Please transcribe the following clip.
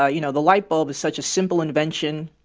ah you know, the light bulb is such a simple invention.